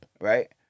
right